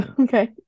Okay